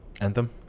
Anthem